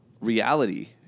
reality